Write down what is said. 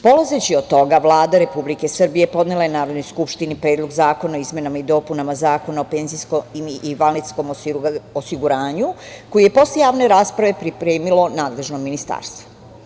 Polazeći od toga, Vlada Republike Srbije podnela je Narodnoj skupštini Predlog zakona o izmenama i dopunama Zakona o penzijskom i invalidskom osiguranju, koji je posle javne rasprave pripremilo nadležno ministarstvo.